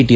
T